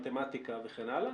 מתמטיקה וכן הלאה?